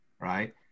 Right